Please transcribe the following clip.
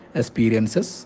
experiences